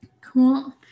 Cool